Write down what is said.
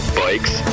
bikes